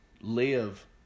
live